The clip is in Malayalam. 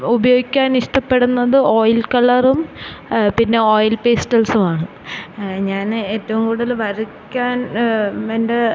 ഉപയോഗിക്കാനിഷ്ടപ്പെടുന്നത് ഓയിൽ കളറും പിന്നെ ഓയിൽ പേസ്റ്റിൽസുമാണ് ഞാൻ ഏറ്റവും കൂടുതൽ വരക്കാൻ എൻ്റെ